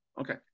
Okay